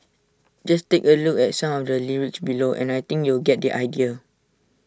just take A look at some of the lyrics below and I think you'll get the idea